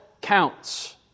counts